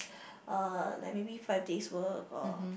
uh like maybe five days work or